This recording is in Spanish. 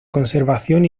conservación